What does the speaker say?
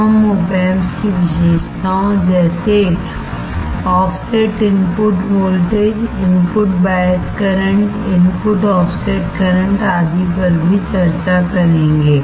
हम Op Amps की विशेषताओं जैसे offset input voltage input bias current input offset current आदि पर भी चर्चा करेंगे